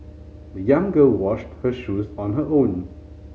the young girl washed her shoes on her own